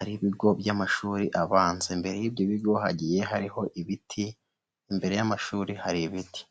ari ibigo by'amashuri abanza, imbere y'ibyo bigo hagiye hariho ibiti imbere y'amashuri hari ibiti.